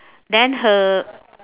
then her